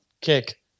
kick